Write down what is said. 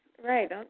Right